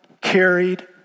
carried